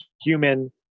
human